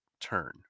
turn